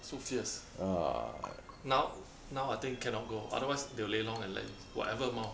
so fierce now now I think cannot go otherwise they will lelong and land whatever mile